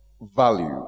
value